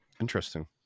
Interesting